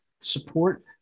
support